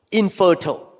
infertile